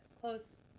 close